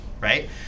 right